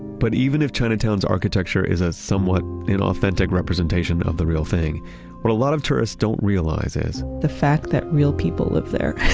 but even if chinatown's architecture is a somewhat inauthentic representation of the real thing what a lot of tourists don't realize is, the fact that real people live there,